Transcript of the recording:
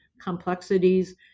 complexities